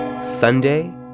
Sunday